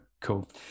Cool